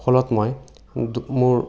ফলত মই মোৰ